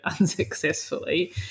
unsuccessfully